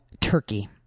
Turkey